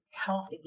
health